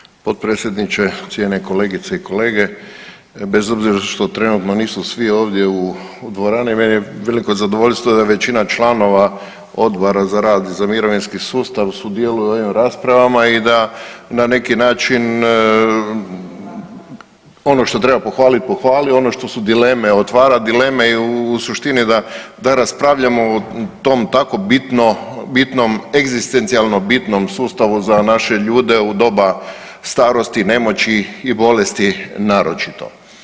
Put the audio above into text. Poštovani potpredsjedniče, cijenjene kolegice i kolege, bez obzira što trenutno nisu svi ovdje u dvorani meni je veliko zadovoljstvo da većina članova Odbora za rad i mirovinski sustav sudjeluje u ovim raspravama i da na neki način ono što treba pohvalit, pohvali, ono što su dileme otvara dileme i u suštini da raspravljamo o tom tako bitnom egzistencijalno bitnom sustavu za naše ljude u doba starosti, nemoći i bolesti naročito.